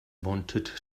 wanted